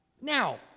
Now